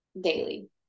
daily